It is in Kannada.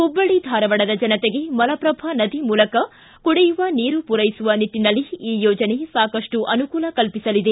ಹುಬ್ಬಳ್ಳಿ ಧಾರವಾಡದ ಜನತೆಗೆ ಮಲಪ್ರಭಾ ನದಿ ಮೂಲಕ ಕುಡಿಯುವ ನೀರು ಪೂರೈಸುವ ನಿಟ್ಟನಲ್ಲಿ ಈ ಯೋಜನೆ ಸಾಕಷ್ಟು ಅನುಕೂಲ ಕಲ್ಪಿಸಲಿದೆ